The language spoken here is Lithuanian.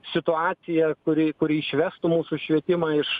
situaciją kuri kuri išvestų mūsų švietimą iš